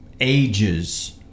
ages